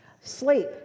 Sleep